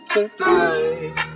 Tonight